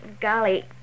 golly